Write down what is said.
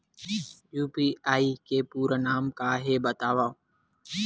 UPI के पूरा नाम का हे बतावव?